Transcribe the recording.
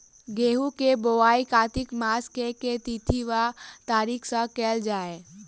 गेंहूँ केँ बोवाई कातिक मास केँ के तिथि वा तारीक सँ कैल जाए?